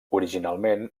originalment